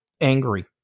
angry